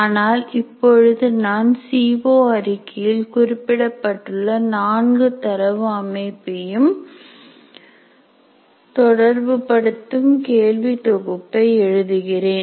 ஆனால் இப்பொழுது நான் சிஓ அறிக்கையில் குறிப்பிடப்பட்டுள்ள நான்கு தரவு அமைப்பையும் தொடர்புபடுத்தும் கேள்வி தொகுப்பை எழுதுகிறேன்